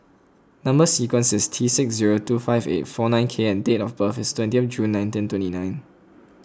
Number Sequence is T six zero two five eight four nine K and date of birth is twenty June nineteen twenty nine